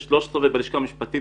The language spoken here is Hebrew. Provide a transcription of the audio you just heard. בקושי שני משפטנים